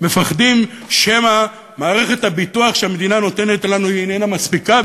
מפחדים שמא מערכת הביטוח שהמדינה נותנת לנו איננה מספיקה,